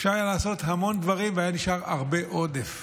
אפשר היה לעשות המון דברים והיה נשאר הרבה עודף.